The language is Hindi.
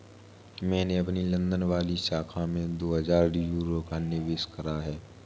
मैंने अपनी लंदन वाली शाखा में दो हजार यूरो का निवेश करा है